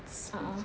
a'ah